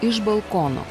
iš balkono